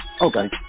okay